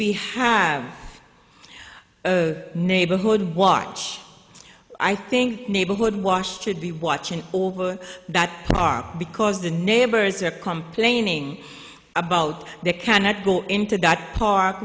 we have a neighborhood watch i think neighborhood wash should be watching over that because the neighbors are complaining about they cannot go into that park